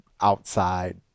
outside